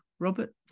Robert